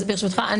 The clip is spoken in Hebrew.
ברשותך,